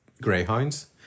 greyhounds